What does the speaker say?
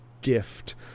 gift